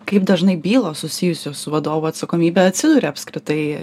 kaip dažnai bylos susijusios su vadovų atsakomybe atsiduria apskritai